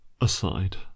Aside